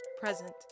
Present